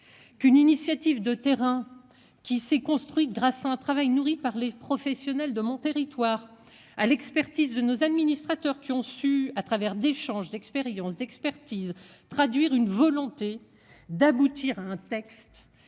Qu'une initiative de terrain. Qui s'est construit grâce, un travail nourri par les professionnels de mon territoire à l'expertise de nos administrateurs qui ont su à travers d'échange d'expériences d'expertise traduire une volonté d'aboutir à un texte.